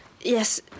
Yes